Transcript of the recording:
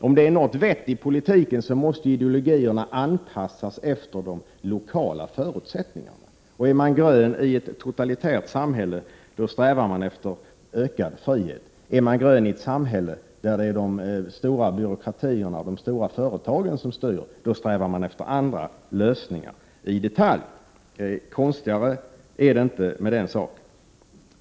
Om det finns något vett i politiken måste ju ideologierna anpassas efter de lokala förutsättningarna. Är man grön i ett totalitärt samhälle, då strävar man efter ökad frihet. Är man grön i ett samhälle där det är de stora byråkratierna och de stora företagen som styr, då strävar man efter andra lösningar i detalj. Konstigare än så är det inte med den saken.